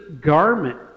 garment